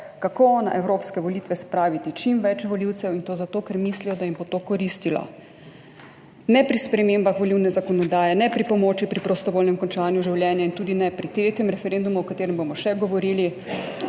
kako na evropske volitve spraviti čim več volivcev, in to zato, ker mislijo, da jim bo to koristilo. Ne pri spremembah volilne zakonodaje ne pri pomoči pri prostovoljnem končanju življenja in tudi ne pri tretjem referendumu, o katerem bomo še govorili,